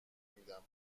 میدم